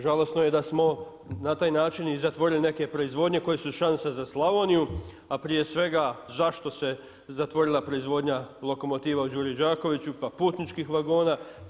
Žalosno je da smo na taj način i zatvorili neke proizvodnje koje su šansa za Slavoniju, a prije svega zašto se zatvorila proizvodnja lokomotiva u Đuri Đakoviću, pa putničkih vagona.